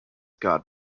god